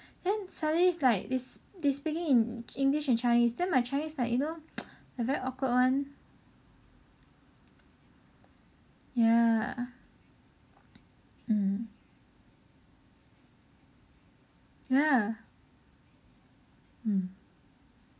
then suddenly is like they speaking in english and chinese then my chinese is like you know like very awkward one ya mm ya mm